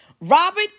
Robert